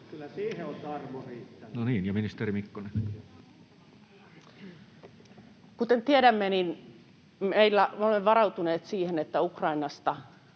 Kyllä siihen on tarmo riittänyt!] No niin. — Ja ministeri Mikkonen. Kuten tiedämme, niin me olemme varautuneet siihen, että sotaa